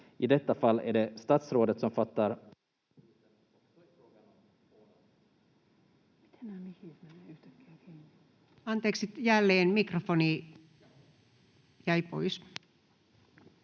mikä on tärkeää